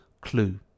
clue